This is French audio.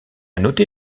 noter